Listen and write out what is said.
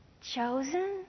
Chosen